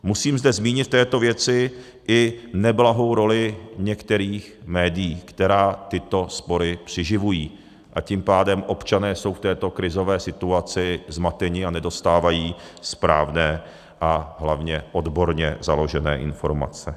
Musím zde zmínit v této věci i neblahou roli některých médií, která tyto spory přiživují, a tím pádem občané jsou v této krizové situaci zmateni a nedostávají správné a hlavně odborně založené informace.